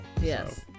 Yes